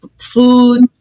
food